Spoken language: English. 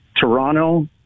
Toronto